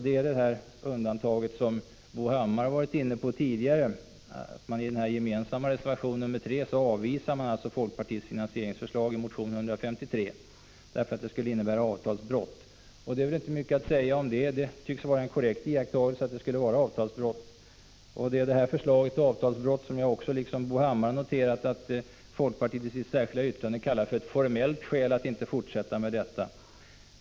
Det gäller det undantag som Bo Hammar har varit inne på tidigare, nämligen att man i den gemensamma = Prot. 1985/86:51 reservationen 3 avvisar folkpartiets förslag till finansiering i motion 153 13 december 1985 därför att det skulle innebära ett avtalsbrott. Medel för teknisk ut Det är väl inte mycket att säga om detta. Det tycks vara en korrekt ge iakttagelse att det skulle röra sig om ett avtalsbrott. Och det är beträffande ning, m.m. detta förslag till avtalsbrott som jag liksom Bo Hammar har noterat att folkpartiet i sitt särskilda yttrande säger att det ”av formella skäl” inte går att förfara på detta sätt.